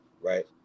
right